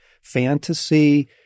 fantasy